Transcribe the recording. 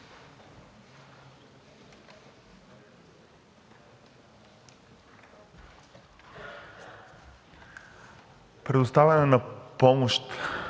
Предоставяне на помощ